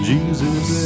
Jesus